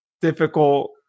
difficult